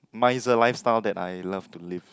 miser lifestyle that I love to live